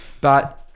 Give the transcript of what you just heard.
But-